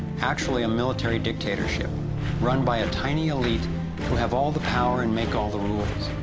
actually a military dictatorship run by a tiny elite, who have all the power and make all the rules.